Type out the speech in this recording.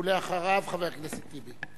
ואחריו, חבר הכנסת טיבי.